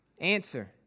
Answer